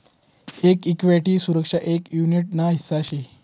एक इक्विटी सुरक्षा एक युनीट ना हिस्सा शे